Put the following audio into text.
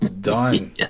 Done